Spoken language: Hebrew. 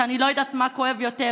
אני לא יודעת מה כואב יותר,